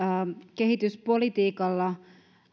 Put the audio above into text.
kehityspolitiikalle